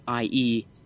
IE